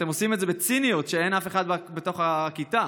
אתם אומרים בציניות שאין אף אחד בתוך הכיתה,